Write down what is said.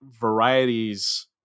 varieties